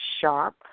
sharp